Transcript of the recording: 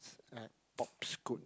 at